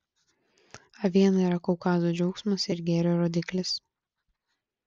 aviena yra kaukazo džiaugsmas ir gėrio rodiklis